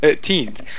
Teens